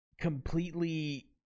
completely